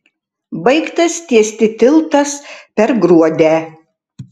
baigtas tiesti tiltas per gruodę